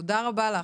תודה רבה לך.